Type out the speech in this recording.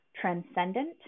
transcendent